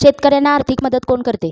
शेतकऱ्यांना आर्थिक मदत कोण करते?